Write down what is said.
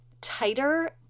tighter –